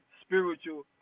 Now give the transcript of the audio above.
spiritual